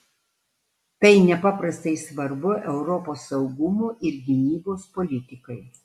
tai nepaprastai svarbu europos saugumo ir gynybos politikai